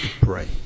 pray